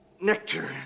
nectar